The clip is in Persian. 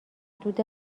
دود